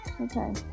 Okay